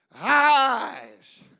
eyes